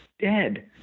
dead